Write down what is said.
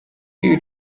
iyo